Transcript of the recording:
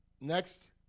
Next